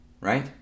right